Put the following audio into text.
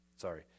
sorry